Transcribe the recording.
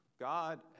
God